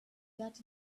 that